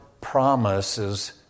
promises